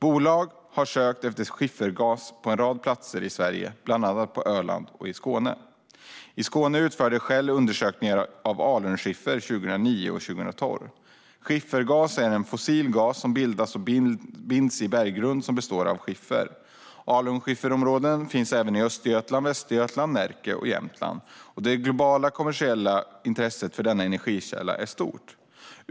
Bolag har sökt efter skiffergas på en rad platser i Sverige, bland annat på Öland och i Skåne. I Skåne utförde Shell undersökningar av alunskiffer 2009 och 2012. Skiffergas är en fossil gas som bildas och binds i berggrund som består av skiffer. Alunskifferområden finns även i Östergötland, Västergötland, Närke och Jämtland. Det globala kommersiella intresset för denna energikälla är stort.